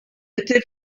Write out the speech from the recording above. était